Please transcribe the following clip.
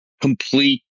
complete